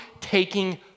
taking